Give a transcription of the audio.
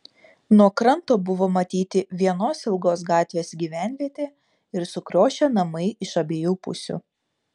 nuo kranto buvo matyti vienos ilgos gatvės gyvenvietė ir sukriošę namai iš abiejų pusių